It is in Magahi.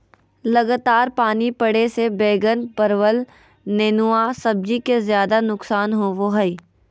लगातार पानी पड़े से बैगन, परवल, नेनुआ सब्जी के ज्यादा नुकसान होबो हइ